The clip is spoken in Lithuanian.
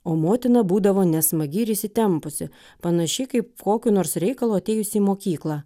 o motina būdavo nesmagi ir įsitempusi panašiai kaip kokiu nors reikalu atėjusi į mokyklą